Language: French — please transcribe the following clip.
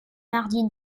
mardi